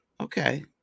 okay